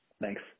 Thanks